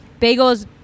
bagels